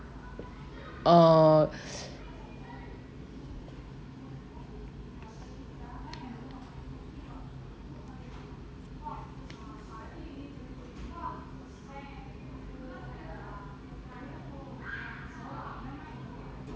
err